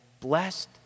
blessed